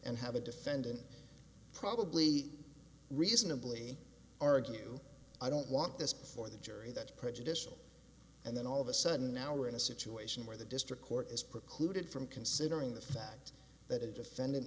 and have a defendant probably reasonably argue i don't want this before the jury that's prejudicial and then all of a sudden now we're in a situation where the district court is precluded from considering the fact that a defendant